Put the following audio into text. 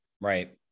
Right